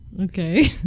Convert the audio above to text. Okay